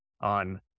on